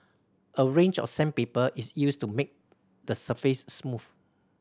a range of sandpaper is used to make the surface smooth